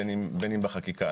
בין אם בחקיקה.